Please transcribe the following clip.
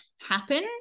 happen